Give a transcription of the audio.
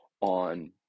on